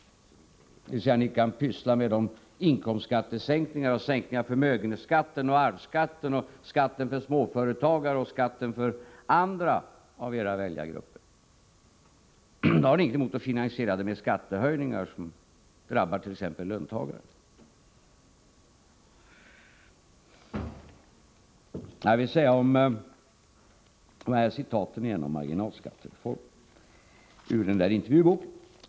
Dvs.: Om ni kan pyssla med inkomstskattesänkningar, sänkningar av förmögenhetsskatten och arvsskatten, skatten för småföretagare och skatten för andra av era väljargrupper, har ni ingenting emot att finansiera detta med skattehöjningar som drabbar t.ex. löntagare. Jag vill på nytt säga några ord om citaten om marginalskattereformen ur den där intervjuboken.